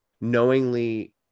knowingly